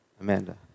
Amanda